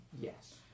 Yes